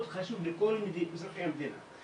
מאוד חשוב לכל אזרחי המדינה.